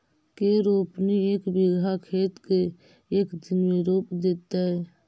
के रोपनी एक बिघा खेत के एक दिन में रोप देतै?